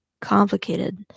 complicated